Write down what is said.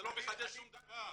אתה לא מחדש שום דבר.